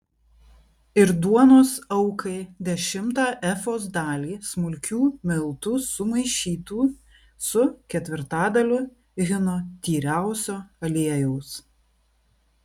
ir duonos aukai dešimtą efos dalį smulkių miltų sumaišytų su ketvirtadaliu hino tyriausio aliejaus